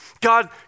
God